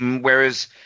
Whereas